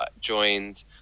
joined